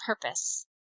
purpose